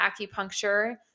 acupuncture